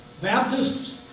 Baptists